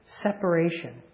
separation